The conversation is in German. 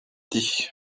dich